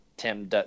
Tim